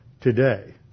today